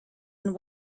and